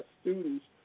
students